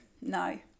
No